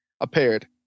appeared